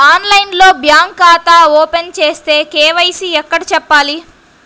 ఆన్లైన్లో బ్యాంకు ఖాతా ఓపెన్ చేస్తే, కే.వై.సి ఎక్కడ చెప్పాలి?